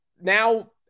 now